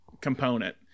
component